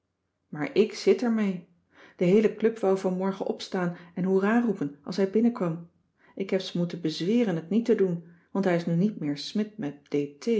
maar ik zit ermee de heele club wou vanmorgen opstaan en hoera roepen als hij binnenkwam ik heb ze moeten bezweren het niet te doen want hij is nu niet meer smidt met